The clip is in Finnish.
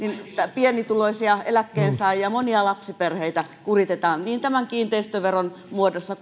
pienituloisia eläkkeensaajia monia lapsiperheitä kuritetaan niin tämän kiinteistöveron muodossa